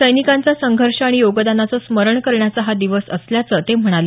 सैनिकांचं संघर्ष आणि योगदानाचं स्मरण करण्याचा हा दिवस असल्याचं ते म्हणाले